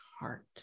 heart